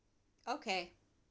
okay